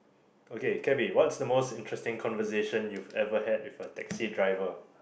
okay cabby what's the most interesting conversation you've ever had with a taxi driver